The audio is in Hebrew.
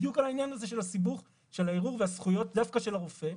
בדיוק על העניין הזה של הסיבוך של הערעור והזכויות דווקא של הרופא,